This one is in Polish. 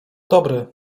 dobry